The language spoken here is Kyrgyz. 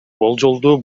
болжолдуу